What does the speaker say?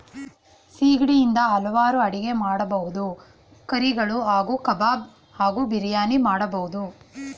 ಸಿಗಡಿ ಇಂದ ಹಲ್ವಾರ್ ಅಡಿಗೆ ಮಾಡ್ಬೋದು ಕರಿಗಳು ಹಾಗೂ ಕಬಾಬ್ ಹಾಗೂ ಬಿರಿಯಾನಿ ಮಾಡ್ಬೋದು